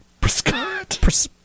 Prescott